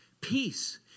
Peace